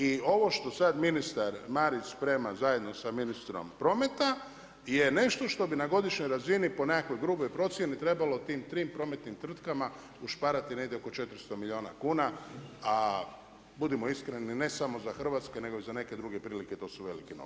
I ovo što sad ministar Marić sprema zajedno sa ministrom prometa je nešto što bi na godišnjoj razini po nekakvoj gruboj procjeni trebalo tim prometnim tvrtkama ušparati negdje oko 400 milijuna kuna, a budimo iskreni ne samo za hrvatske, nego i za neke druge prilike to su veliki novci.